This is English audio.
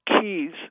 keys